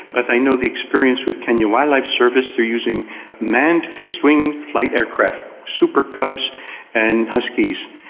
but i know the experience with kenya wildlife service are using manned fixed-wing flight aircraft, super cubs and huskies,